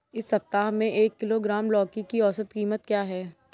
इस सप्ताह में एक किलोग्राम लौकी की औसत कीमत क्या है?